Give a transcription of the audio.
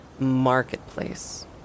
Marketplace